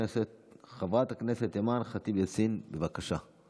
חברת הכנסת אימאן ח'טיב יאסין, בבקשה.